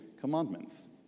commandments